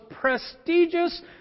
prestigious